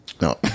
no